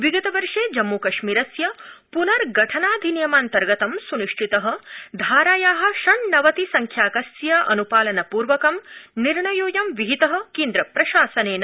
विगतवर्षे जम्मूकश्मीरस्य पुनर्गठनाधिनियमान्तर्गतं सुनिश्चितं धाराया षण्णनति संख्याकस्यान्पालनपूर्वकं निर्णयोऽयं विहित केन्द्रप्रशासनेन